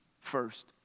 first